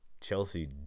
Chelsea